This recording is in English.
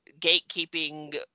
gatekeeping